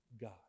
God